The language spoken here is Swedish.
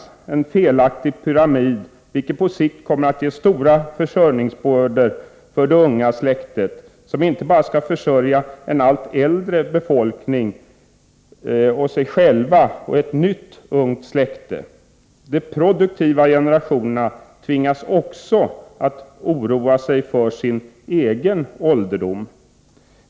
Det blir en felaktig befolkningspyramid, som på sikt kommer att medföra stora försörjningsbördor för de unga, som inte bara skall försörja en allt äldre befolkning, sig själva och ett nytt ungt släkte. De produktiva generationerna tvingas också att bekymra sig för sin egen ålderdom.